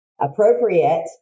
appropriate